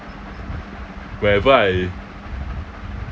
whenever I